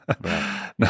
right